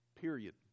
period